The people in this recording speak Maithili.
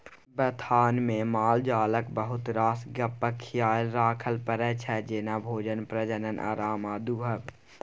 बथानमे मालजालक बहुत रास गप्पक खियाल राखय परै छै जेना भोजन, प्रजनन, आराम आ दुहब